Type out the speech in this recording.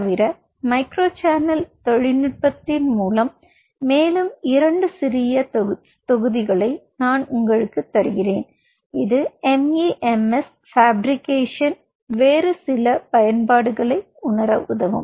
தவிர micro channel தொழில்நுட்பத்தின் மேலும் 2 சிறிய தொகுதிகளை நான் உங்களுக்கு தருகிறேன் இது MEMS ஃபேப்ரிகேஷனின் வேறு சில பயன்பாடுகளை உணர உதவும்